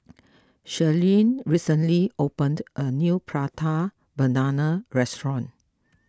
Sherilyn recently opened a new Prata Banana restaurant